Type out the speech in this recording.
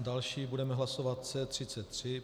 Další budeme hlasovat C33.